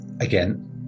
again